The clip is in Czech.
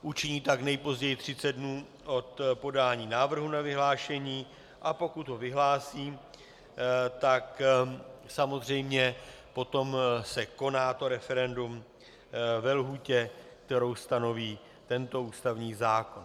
Učiní tak nejpozději 30 dnů od podání návrhu na vyhlášení, a pokud ho vyhlásí, tak samozřejmě potom se koná to referendum ve lhůtě, kterou stanoví tento ústavní zákon.